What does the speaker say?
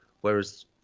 whereas